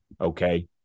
okay